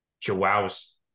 Joao's